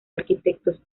arquitectos